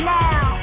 now